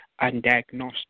undiagnosed